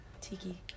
tiki